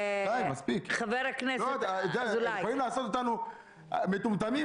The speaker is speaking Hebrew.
צריך לתת להם מענקים,